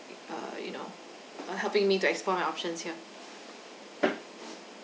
uh you know uh helping me to explore my options here